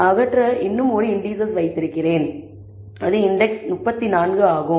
எனவே அகற்ற இன்னும் ஒரு இண்டீசெஸ் வைத்திருக்கிறேன் அது இன்டெக்ஸ் 34 ஆகும்